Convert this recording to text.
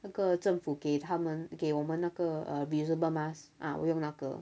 那个政府给他们给我们那个 uh reusable mask ah 我用那个